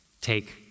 Take